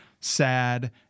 sad